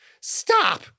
stop